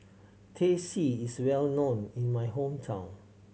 Teh C is well known in my hometown